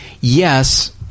yes